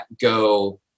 go